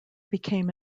became